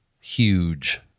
huge